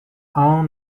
own